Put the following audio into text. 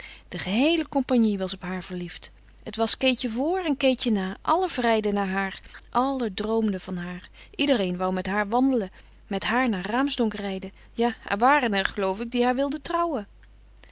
de geheele compagnie was op haar verliefd het was keetje voor en keetje na allen vrijden naar haar allen droomden van haar iedereen wou met haar wandelen met haar naar raamsdonk rijden ja er waren er geloof ik die haar wilden trouwen